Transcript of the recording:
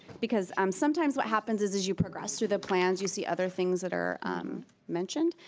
because um sometimes what happens as as you progress through the plans you see other things that are mentioned,